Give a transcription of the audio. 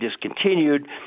discontinued